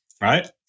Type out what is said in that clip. right